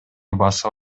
басып